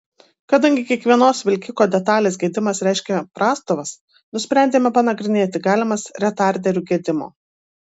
kadangi kiekvienos vilkiko detalės gedimas reiškia prastovas nusprendėme panagrinėti galimas retarderių gedimo